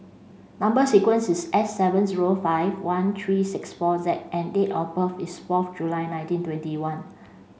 number sequence is S seven zero five one three six four Z and date of birth is fourth July one nineteen twenty one